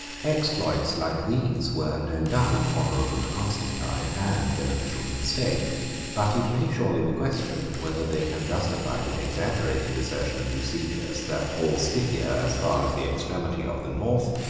exploits like these were no doubt honorable to constantine, and beneficial to the state but it may surely be questioned, whether they can justify the exaggerated assertion of eusebius, that all scythia, as far as the extremity of the north,